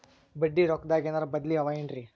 ಬಡ್ಡಿ ರೊಕ್ಕದಾಗೇನರ ಬದ್ಲೀ ಅವೇನ್ರಿ?